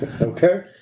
Okay